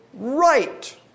right